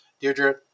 Deirdre